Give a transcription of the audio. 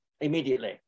immediately